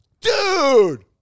dude